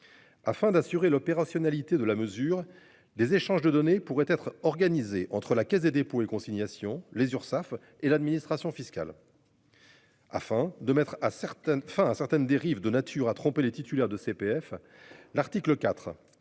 Afin d'assurer l'opérationnalité de la mesure des échanges de données pourraient être organisées entre la Caisse des dépôts et consignations les Urssaf et l'administration fiscale.-- Afin de mettre à certaines enfin à certaines dérives de nature à tromper les titulaires de CPF. L'article IV